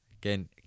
Again